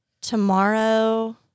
Tomorrow